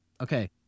Okay